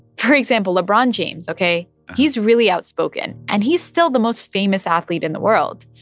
for example, lebron james, ok? he's really outspoken. and he's still the most famous athlete in the world.